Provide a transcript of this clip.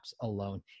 alone